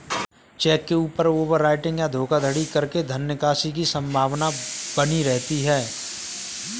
check के ऊपर overwriting या धोखाधड़ी करके धन निकासी की संभावना बनी रहती है